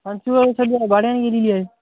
भाड्याने गेलेली आहे